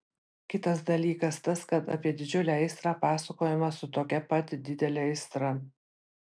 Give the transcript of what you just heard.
kitas dalykas tas kad apie didžiulę aistrą pasakojama su tokia pat didele aistra